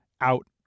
out